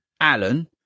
Alan